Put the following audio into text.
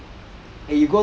oh